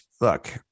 Look